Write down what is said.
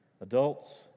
Adults